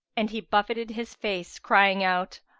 and he buffeted his face, crying out,